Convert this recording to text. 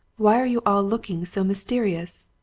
why are you all looking so mysterious?